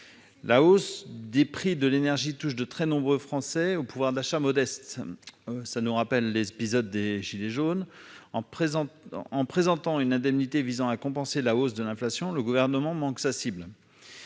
La hausse des prix de l'énergie touche de très nombreux Français au pouvoir d'achat modeste ; cela nous rappelle l'épisode des « gilets jaunes ». En présentant une indemnité qui vise à compenser la hausse de l'inflation, le Gouvernement manque sa cible.